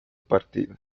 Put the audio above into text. partida